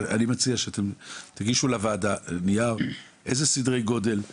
אני מציע שתגישו לוועדה נייר עמדה שמכיל את הנתונים שביקשתי.